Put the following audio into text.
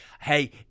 hey